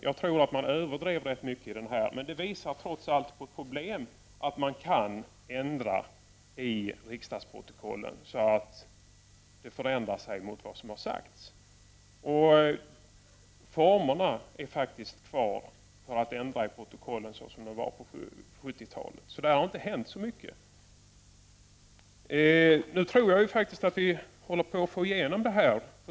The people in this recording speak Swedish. Jag tror att man överdrev rätt mycket i den här, men det visar trots allt på ett problem att man kan ändra i protokollen så att det förändrar sig mot vad som har sagts. Formerna är faktiskt kvar för att ändra riksdagsprotokollen såsom de var på 70-talet, så där har inte hänt så mycket. Nu tror jag faktiskt att vi håller på att få igenom det här.